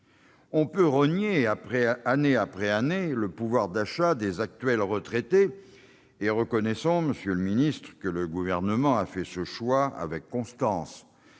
On peut rogner, année après année, le pouvoir d'achat des actuels retraités et reconnaissons, monsieur le ministre, que le Gouvernement a fait ce choix avec constance